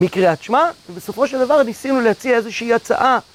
מקריאת שמע, ובסופו של דבר ניסינו להציע איזושהי הצעה.